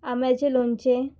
आम्याचें लोणचें